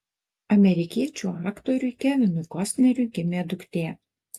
amerikiečių aktoriui kevinui kostneriui gimė duktė